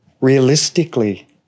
realistically